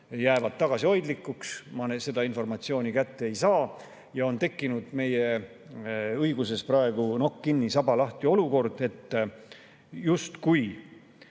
jäävad tagasihoidlikuks, ma seda informatsiooni kätte ei saa. Nii ongi tekkinud meie õiguses praegu nokk kinni, saba lahti olukord. Mul justkui